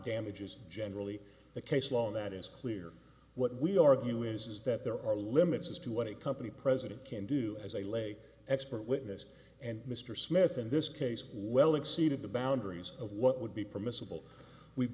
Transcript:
damages generally the case law on that is clear what we argue is that there are limits as to what a company president can do as a lay expert witness and mr smith in this case well exceeded the boundaries of what would be permissible we'